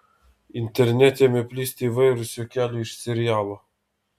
internete ėmė plisti įvairūs juokeliai iš serialo